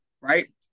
Right